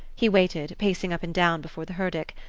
he waited, pacing up and down before the herdic.